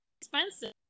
expensive